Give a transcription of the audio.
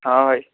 ହଁ ଭାଇ